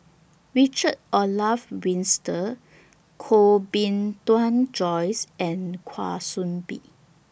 Richard Olaf Winstedt Koh Bee Tuan Joyce and Kwa Soon Bee